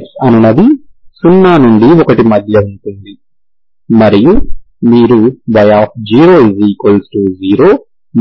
x అనునది 0 నుండి 1 మధ్య ఉంటుంది మరియు మీరు y0